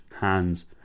hands